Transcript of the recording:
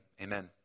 amen